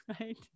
right